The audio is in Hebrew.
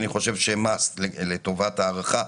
אני חושב שהם חובה לטובת הארכה,